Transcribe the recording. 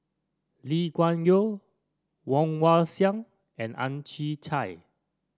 Lee Kuan Yew Woon Wah Siang and Ang Chwee Chai